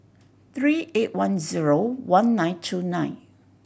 three eight one zero one nine two nine